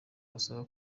basaba